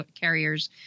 carriers